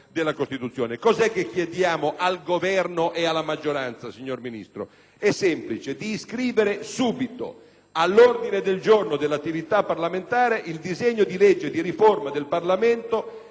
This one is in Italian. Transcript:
della Costituzione. Cosa chiediamo al Governo e alla maggioranza, signor Ministro? È semplice: di inscrivere subito all'ordine del giorno dell'attività parlamentare il disegno di legge di riforma del Parlamento